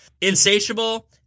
Insatiable